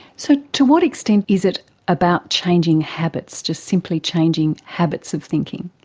so to what extent is it about changing habits, just simply changing habits of thinking?